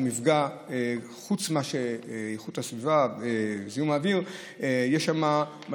חוץ מאיכות הסביבה וזיהום האוויר יש שם מה